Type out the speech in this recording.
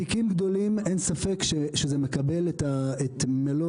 בתיקים גדולים אין ספק שזה מקבל את מלוא